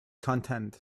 content